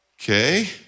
okay